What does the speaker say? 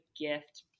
gift